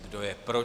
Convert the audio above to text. Kdo je pro?